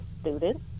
students